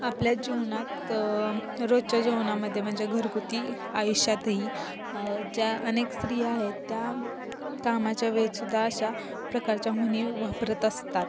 आपल्या जीवनात रोजच्या जीवनामध्ये म्हणजे घरगुती आयुष्यातही ज्या अनेक स्त्रिया आहेत त्या कामाच्या वेळेत सुद्धा अशा प्रकारच्या म्हणी वापरत असतात